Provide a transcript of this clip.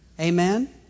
Amen